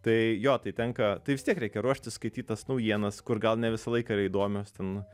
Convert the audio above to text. tai jo tai tenka tai vis tiek reikia ruoštis skaityt tas naujienas kur gal ne visą laiką yra įdomios ten